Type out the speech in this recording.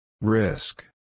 Risk